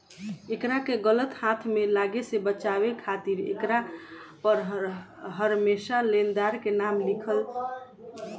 एकरा के गलत हाथ में लागे से बचावे खातिर एकरा पर हरमेशा लेनदार के नाम लिख दियाला